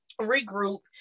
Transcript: regroup